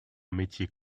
métier